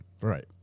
Right